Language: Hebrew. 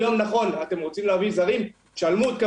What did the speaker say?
היום, נכון, אתם רוצים להביא זרים?